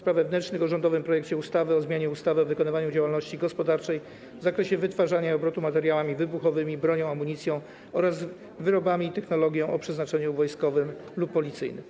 Spraw Wewnętrznych o rządowym projekcie ustawy o zmianie ustawy o wykonywaniu działalności gospodarczej w zakresie wytwarzania i obrotu materiałami wybuchowymi, bronią, amunicją oraz wyrobami i technologią o przeznaczeniu wojskowym lub policyjnym.